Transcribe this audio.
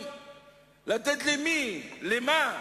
וברור לגמרי שהתקציב שנדון בקיץ שעבר לא מתאים למה